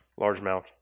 largemouth